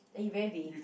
and you very vain